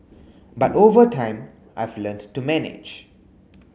but over time I've learnt to manage